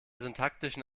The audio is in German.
syntaktischen